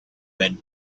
had